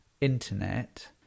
internet